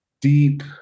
deep